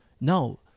no